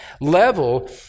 level